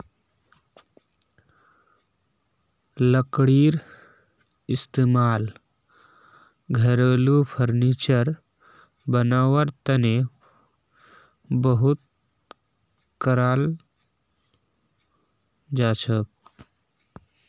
लकड़ीर इस्तेमाल घरेलू फर्नीचर बनव्वार तने बहुत कराल जाछेक